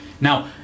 Now